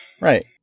Right